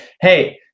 Hey